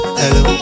hello